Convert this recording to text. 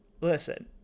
listen